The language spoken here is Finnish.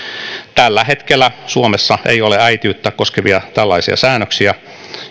tällä hetkellä suomessa ei ole äitiyttä koskevia tällaisia säännöksiä